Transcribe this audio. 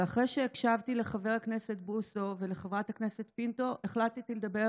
ואחרי שהקשבתי לחבר הכנסת בוסו ולחברת הכנסת פינטו החלטתי לדבר